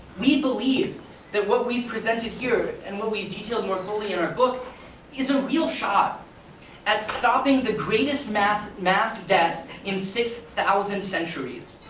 we believe that what we've presented here and what we've detailed more fully in our book is a real shot at stopping the greatest mass mass death in six thousand centuries.